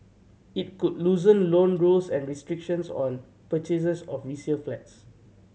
it could loosen loan rules and restrictions on purchases of resale flats